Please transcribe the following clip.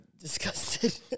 disgusted